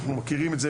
אנחנו מכירים את זה,